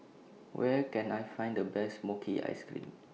Where Can I Find The Best Mochi Ice Cream